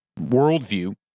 worldview